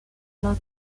lato